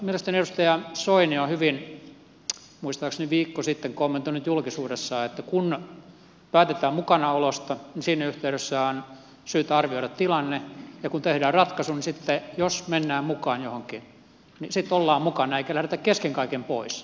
mielestäni edustaja soini on hyvin muistaakseni viikko sitten kommentoinut julkisuudessa että kun päätetään mukanaolosta niin siinä yhteydessä on syytä arvioida tilanne ja kun tehdään ratkaisu niin sitten jos mennään mukaan johonkin ollaan mukana eikä lähdetä kesken kaiken pois